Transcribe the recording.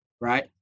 right